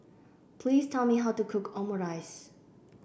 please tell me how to cook Omurice